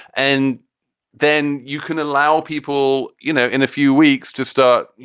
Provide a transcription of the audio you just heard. and then you can allow people, you know, in a few weeks to start, you